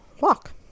walk